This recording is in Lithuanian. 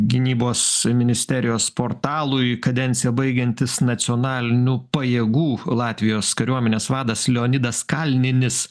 gynybos ministerijos portalui kadenciją baigiantis nacionalinių pajėgų latvijos kariuomenės vadas leonidas kalninis